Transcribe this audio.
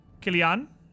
Kilian